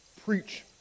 preach